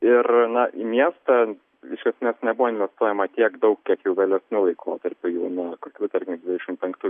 ir na į miestą iš emės nebuvo investuojama tiek daug kiek jau vėlesniu laikotarpiu jau nuo kokių tarkim dvidešim penktų